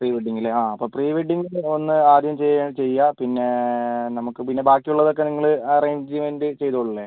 pre-wedding അല്ലെ ആ അപ്പം പ്രീ വെഡ്ഡിംഗിൻ്റെ ഒന്ന് ആദ്യം ചെയ്യാണേ ചെയ്യുക പിന്നെ നമുക്ക് പിന്നെ ബാക്കി ഉള്ളതൊക്കെ നിങ്ങൾ അറേഞ്ച്മെൻറ്റ് ചെയ്തോളൂലേ